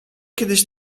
kiedyś